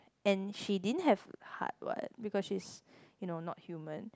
and she didn't have heart what because she's you know not human